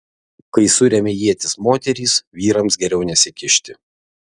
kai suremia ietis moterys vyrams geriau nesikišti